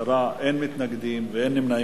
10, אין מתנגדים ואין נמנעים.